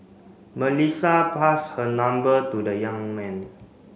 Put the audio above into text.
Melissa passed her number to the young man